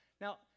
now